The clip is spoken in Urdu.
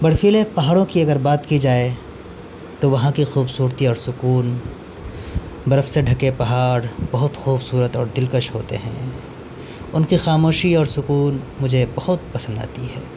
برفیلے پہاڑوں کی اگر بات کی جائے تو وہاں کی خوبصورتی اور سکون برف سے ڈھکے پہاڑ بہت خوبصورت اور دلکش ہوتے ہیں ان کی خاموشی اور سکون مجھے بہت پسند آتی ہے